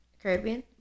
caribbean